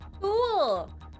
Cool